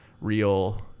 real